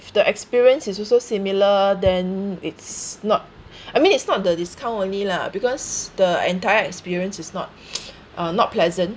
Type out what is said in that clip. if the experience is also similar then it's not I mean it's not the discount only lah because the entire experience is not uh not pleasant